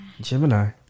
Gemini